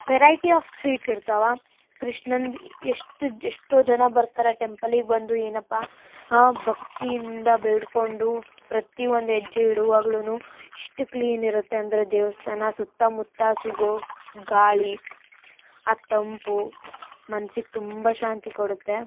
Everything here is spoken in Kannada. ವೆರೈಟಿ ಆಫ್ ಸ್ವೀಟ್ಸ್ ಇರ್ತಾವ ಕೃಷ್ಣಂದು ಎಷ್ಟು ಎಷ್ಟೋ ಜನ ಬರ್ತಾರೆ ಟೆಂಪಲಿಗೆ ಬಂದು ಏನಪ್ಪಾ ಭಕ್ತಿಯಿಂದ ಬೇಡ್ಕೊಂಡು ಪ್ರತಿ ಒಂದು ಹೆಜ್ಜೆ ಇಡುವಾಗ್ಲು ಎಷ್ಟು ಕ್ಲೀನ್ ಇರುತ್ತೆ ಅಂದರೆ ದೇವಸ್ಥಾನ ಸುತ್ತಮುತ್ತ ಸಿಗೋ ಗಾಳಿ ಆ ತಂಪು ಮನ್ಸಿಗೆ ತುಂಬ ಶಾಂತಿ ಕೊಡುತ್ತೆ